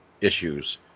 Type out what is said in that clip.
issues